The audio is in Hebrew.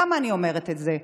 למה אני אומרת את זה?